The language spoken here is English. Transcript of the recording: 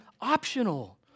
optional